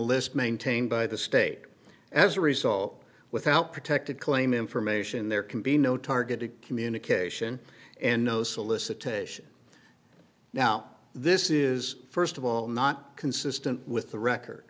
list maintained by the state as a result without protected claim information there can be no targeted communication and no solicitation now this is first of all not consistent with the record